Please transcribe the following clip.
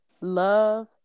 love